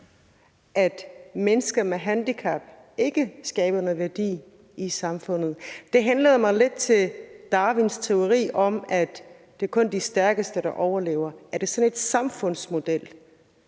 at mennesker med handicap ikke skaber nogen værdi i samfundet? Der vil jeg lige henlede opmærksomheden på Darwins teori om, at det kun er de stærkeste, der overlever. Er det sådan en samfundsmodel,